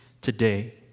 today